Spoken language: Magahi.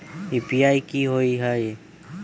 यू.पी.आई कि होअ हई?